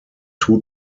two